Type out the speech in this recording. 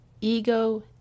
ego